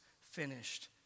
finished